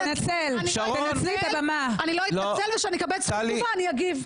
אני לא אתנצל, וכשאני אקבל זכות דיבור אני אגיב.